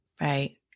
Right